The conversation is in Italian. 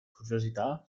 curiosità